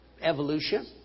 evolution